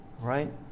right